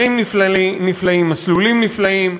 הרים נפלאים, מסלולים נפלאים,